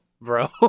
Bro